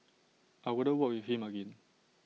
I wouldn't work with him again